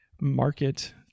market